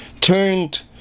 turned